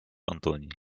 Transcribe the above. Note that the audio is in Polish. antoni